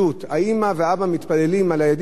האמא והאבא מתפללים על הילדים שלהם,